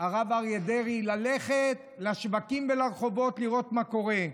הרב אריה דרעי ללכת לשווקים ולרחובות לראות מה קורה,